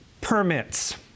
permits